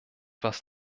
was